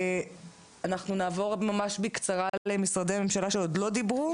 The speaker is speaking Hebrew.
אנחנו נעבור ממש בקצרה למשרדי הממשלה שעוד לא דיברו.